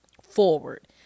forward